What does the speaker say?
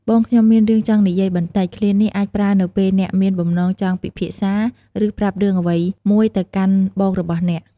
"បងខ្ញុំមានរឿងចង់និយាយបន្តិច!" ឃ្លានេះអាចប្រើនៅពេលអ្នកមានបំណងចង់ពិភាក្សា ឬប្រាប់រឿងអ្វីមួយទៅកាន់បងរបស់អ្នក។